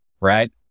right